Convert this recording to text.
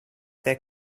their